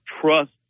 trust